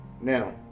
Now